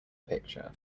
picture